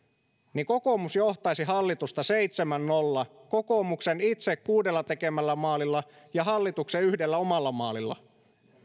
niin kokoomus johtaisi hallitusta seitsemän viiva nolla kokoomuksen itse tehdyillä kuudella maalilla ja hallituksen yhdellä omalla maalilla